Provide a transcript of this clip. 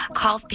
call